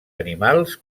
animals